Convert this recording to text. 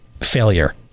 failure